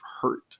hurt